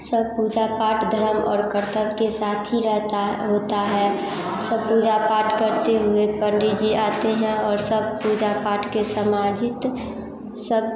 सब पूजा पाठ धर्म और कर्तव्य के साथ ही रहता होता है सब पूजा पाठ करते हुए पंडित जी आते हैं और सब पूजा पाठ के समाहित सब